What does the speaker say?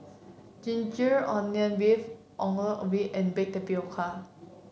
ginger onion beef Ongol Ubi and Baked Tapioca